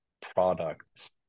products